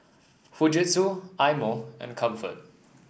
Fujitsu Eye Mo and Comfort